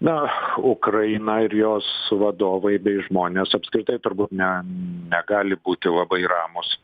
na ukraina ir jos vadovai bei žmonės apskritai turbūt ne negali būti labai ramūs